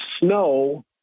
snow